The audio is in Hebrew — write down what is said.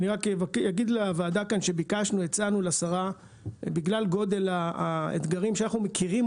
אני רק אגיד לוועדה שלאור האתגרים שאנחנו מכירים